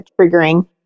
triggering